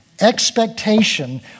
expectation